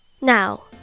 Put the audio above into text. Now